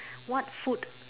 what food